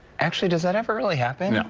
actually, does that ever really happen?